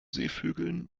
seevögeln